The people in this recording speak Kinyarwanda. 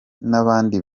n’abandi